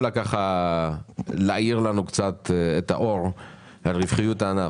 אני חושב שאת יכולה להאיר לנו את האור על רווחיות הענף.